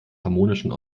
harmonischen